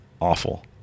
awful